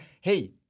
Hey